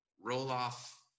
roll-off